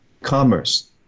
Commerce